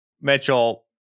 Mitchell